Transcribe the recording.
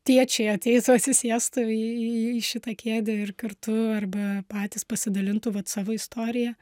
tėčiai ateitų atsisėstų į šitą kėdę ir kartu arba patys pasidalintų vat savo istorija